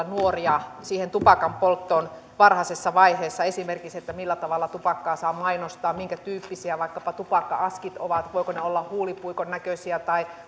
nuoria siihen tupakanpolttoon varhaisessa vaiheessa esimerkiksi millä tavalla tupakkaa saa mainostaa minkätyyppisiä vaikkapa tupakka askit ovat voivatko ne olla huulipuikon näköisiä tai